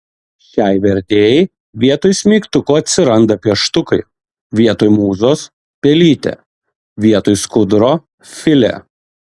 šiai vertėjai vietoj smeigtukų atsiranda pieštukai vietoj mūzos pelytė vietoj skuduro filė